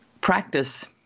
practice